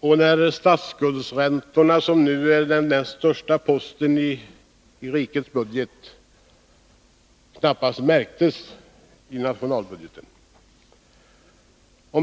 och då statsskuldräntorna — som nu är den näst största posten — knappast märktes i nationalbudgeten.